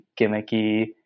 gimmicky